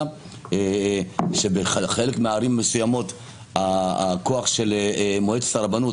בחלק מהערים הכוח של מועצת הרבנות